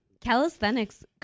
Calisthenics